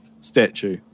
statue